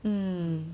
um